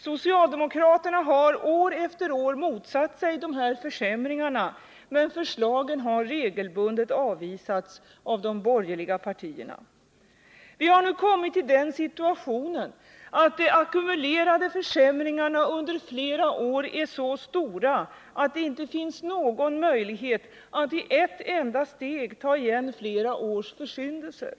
Socialdemokraterna har år efter år motsatt sig dessa försämringar, men våra förslag har regelbundet avvisats av de borgerliga partierna. Vi har nu kommit till den situationen att de ackumulerade försämringarna under flera år är så stora att det inte finns någon möjlighet att i ett enda steg ta igen flera års försyndelser.